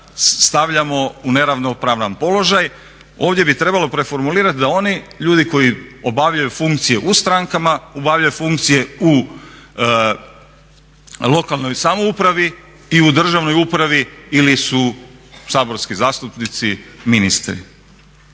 stavljamo u neravnopravan položaj. Ovdje bi trebalo preformulirati da oni ljudi koji obavljaju funkcije u strankama, obavljaju funkcije u lokalnoj samoupravi i u državnoj upravi ili su saborski zastupnici, ministri.